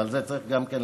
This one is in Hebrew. וגם על זה צריך לדבר,